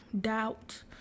doubt